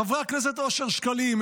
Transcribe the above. חברי הכנסת אושר שקלים,